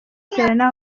serena